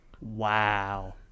Wow